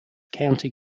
county